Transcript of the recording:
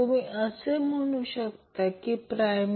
म्हणून ते 25 15 म्हणजे 40 मिली हेन्री आहे